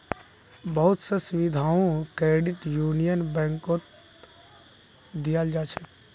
बहुत स सुविधाओ क्रेडिट यूनियन बैंकत दीयाल जा छेक